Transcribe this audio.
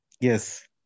Yes